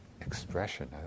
expression